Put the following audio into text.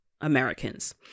Americans